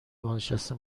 بازنشته